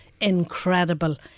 incredible